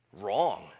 wrong